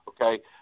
okay